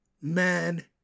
Man